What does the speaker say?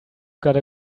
gotta